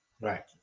right